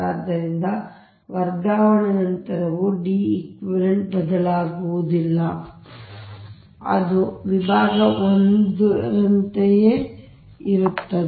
ಆದ್ದರಿಂದ ವರ್ಗಾವಣೆಯ ನಂತರವೂ D eq ಬದಲಾಗುವುದಿಲ್ಲ ಅದು ವಿಭಾಗ 1 ರಂತೆಯೇ ಇರುತ್ತದೆ